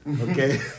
Okay